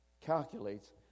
calculates